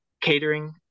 catering